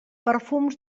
perfums